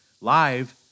live